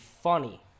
funny